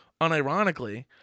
unironically